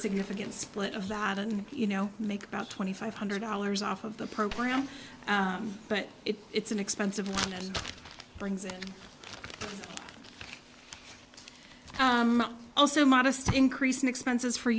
significant split of that and you know make about twenty five hundred dollars off of the program but if it's an expensive one it brings in also modest increase in expenses for